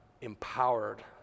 empowered